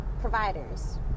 providers